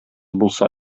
булса